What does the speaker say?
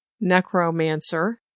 Necromancer